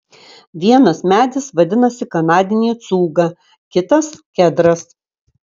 vienas medis vadinasi kanadinė cūga kitas kedras